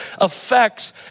affects